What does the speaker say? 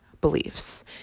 beliefs